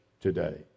today